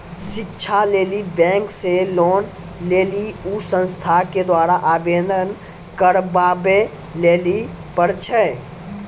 शिक्षा लेली बैंक से लोन लेली उ संस्थान के द्वारा आवेदन करबाबै लेली पर छै?